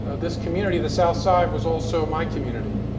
this community, the south side, was also my community.